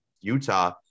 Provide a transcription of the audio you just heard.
Utah